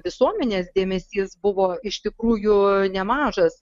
visuomenės dėmesys buvo iš tikrųjų nemažas